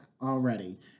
already